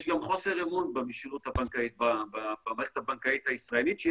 יש גם חוסר אמון במערכת הבנקאית הישראלית שהיא